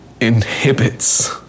inhibits